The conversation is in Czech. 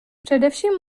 především